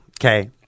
okay